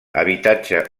habitatge